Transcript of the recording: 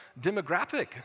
demographic